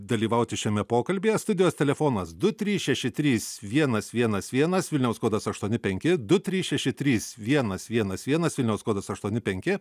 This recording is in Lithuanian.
dalyvauti šiame pokalbyje studijos telefonas du trys šeši trys vienas vienas vienas vilniaus kodas aštuoni penki du trys šeši trys vienas vienas vienas vilniaus kodas aštuoni penki